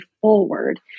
forward